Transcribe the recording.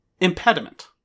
Impediment